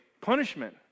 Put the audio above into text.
punishment